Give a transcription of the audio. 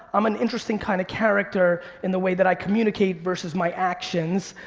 i'm an interesting kind of character in the way that i communicate versus my actions.